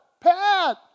Pat